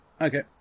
Okay